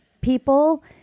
people